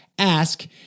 Ask